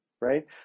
right